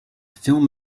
film